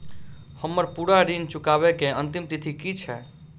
हम्मर पूरा ऋण चुकाबै केँ अंतिम तिथि की छै?